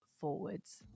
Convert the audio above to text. forwards